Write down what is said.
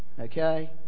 okay